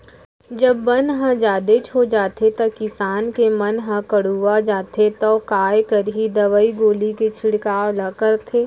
जब बन ह जादेच हो जाथे त किसान के मन ह कउवा जाथे तौ काय करही दवई गोली के छिड़काव ल करथे